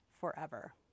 forever